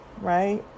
right